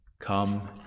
Come